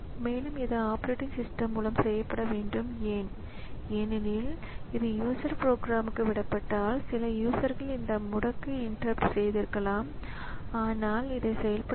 எனவே இந்த operating system வடிவமைப்பாளர்கள் ஆப்பரேட்டிங் ஸிஸ்டமை கண்டறிந்து கணினி அந்த பகுதியை இயக்க செய்ய இந்த குறிப்பிட்ட வசதியை பயன்படுத்த வேண்டும்